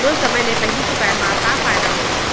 Loan समय ले पहिली चुकाए मा का फायदा होही?